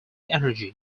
energy